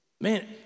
man